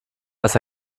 was